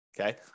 okay